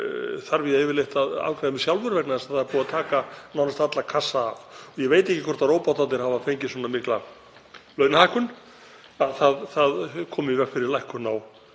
þarf ég yfirleitt að afgreiða mig sjálfur vegna þess að búið er að taka nánast alla kassa úr sambandi. Ég veit ekki hvort róbótarnir hafa fengið svona mikla launahækkun að það komi í veg fyrir lækkun á